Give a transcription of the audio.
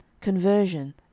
Conversion